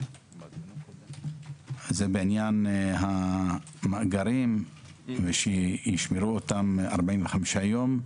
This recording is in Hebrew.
זה בעניין המאגרים שישמרו אותם 45 יום,